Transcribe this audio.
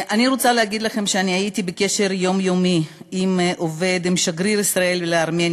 אני רוצה להגיד לכם שהייתי בקשר יומיומי עם שגריר ישראל בארמניה,